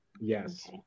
Yes